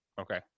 Okay